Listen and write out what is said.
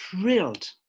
thrilled